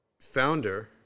founder